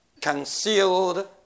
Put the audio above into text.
concealed